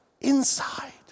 inside